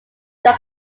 drug